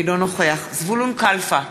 אינו נוכח זבולון כלפה,